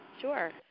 Sure